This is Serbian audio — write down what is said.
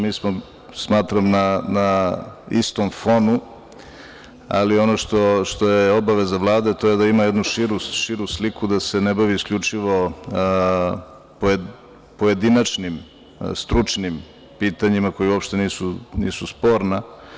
Mi smo, smatram na istom fonu, ali ono što je obaveza Vlade, to je da ima jednu širu sliku da se ne bavi isključivo pojedinačnim stručnim pitanja koja uopšte nisu sporna.